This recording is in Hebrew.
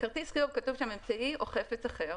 בכרטיס חיוב כתוב שם: אמצעי או חפץ אחר,